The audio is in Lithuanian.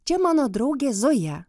čia mano draugė zoja